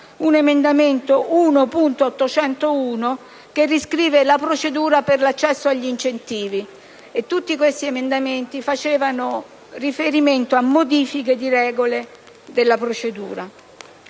l’emendamento 1.801 che riscrive la procedura per l’accesso agli incentivi e tutti questi emendamenti fanno riferimento a modifiche di regole della procedura.